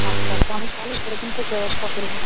আচ্ছা আচ্ছা আমি তাহলে সেরকম সব ব্যবস্থা করবো